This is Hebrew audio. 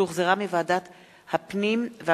שהחזירה ועדת החוקה,